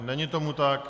Není tomu tak.